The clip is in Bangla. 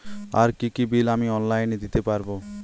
আর কি কি বিল আমি অনলাইনে দিতে পারবো?